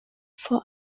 for